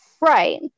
Right